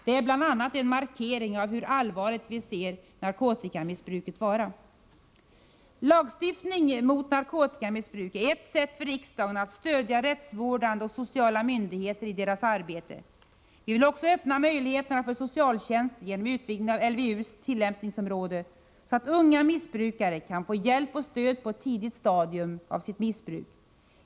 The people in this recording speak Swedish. Detta är bl.a. en markering av hur allvarligt vi anser narkotikamissbruket vara. Lagstiftning mot narkotikamissbruket är ett sätt för riksdagen att stödja rättsvårdande och sociala myndigheter i deras arbete. Vi vill också öppna möjligheterna för socialtjänsten, genom utvidgning av LVU:s tillämpningsområde, så att unga missbrukare kan få hjälp och stöd på ett tidigt stadium av sitt missbruk.